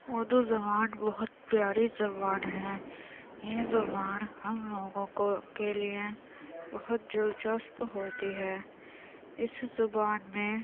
اردو زبان بہت پیاری زبان ہے یہ زبان ہم لوگوں کو کے لیے بہت دلچسپ ہوتی ہے اس زبان میں